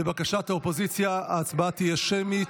לבקשת האופוזיציה, ההצבעה תהיה שמית.